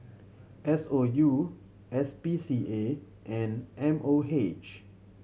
S O U S P C A and M O H